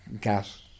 gas